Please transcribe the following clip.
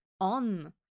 on